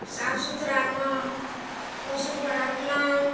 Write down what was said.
साफ सुथरामे पशुके रखलहुॅं